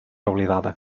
oblidada